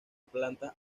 plantas